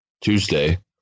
Tuesday